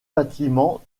bâtiments